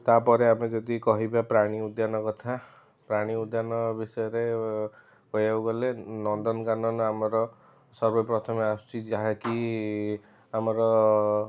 ତାପରେ ଆମେ ଯଦି କହିବା ପ୍ରାଣୀଉଦ୍ୟାନ କଥା ପ୍ରାଣୀ ଉଦ୍ୟାନ ବିଷୟରେ କହିବାକୁ ଗଲେ ନନ୍ଦନକାନନ ଆମର ସର୍ବ ପ୍ରଥମେ ଆସୁଛି ଯାହାକି ଆମର